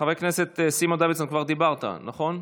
חבר הכנסת סימון דוידסון, כבר דיברת, נכון?